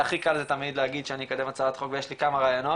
והכי קל זה תמיד להגיד שאני אקדם הצעת חוק ויש לי כמה רעיונות,